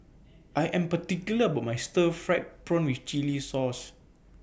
I Am particular about My Stir Fried Prawn with Chili Sauce